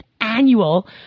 annual